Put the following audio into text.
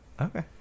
Okay